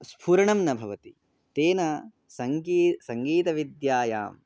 स्फुरणं न भवति तेन सङ्गीतं सङ्गीतविद्यायाम्